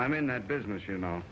i'm in that business you know